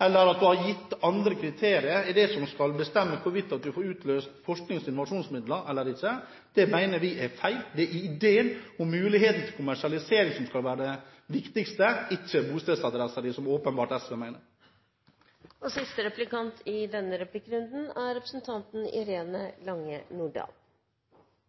eller at gitte andre kriterier er det som skal bestemme hvorvidt du får utløst forsknings- og innovasjonsmidler eller ikke, mener vi er feil. Det er ideen og muligheten til kommersialisering som skal være det viktigste, ikke bostedsadressen din – som SV åpenbart mener. Fremskrittspartiet er opptatt av økt import av landbruksprodukter og